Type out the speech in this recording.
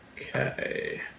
Okay